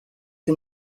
sie